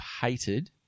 hated